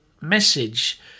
message